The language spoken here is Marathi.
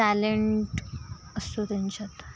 टॅलेंट असतो त्यांच्यात